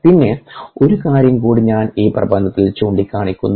പിന്നെ ഒരു കാര്യം കൂടി ഞാൻ ഈ പ്രബന്ധത്തിൽ ചൂണ്ടിക്കാണിക്കുന്നു